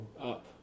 up